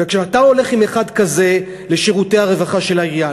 וכשאתה הולך עם אחד כזה לשירותי הרווחה של העירייה,